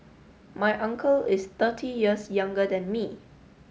my uncle is thirty years younger than me